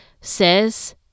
says